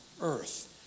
earth